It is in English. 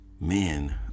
men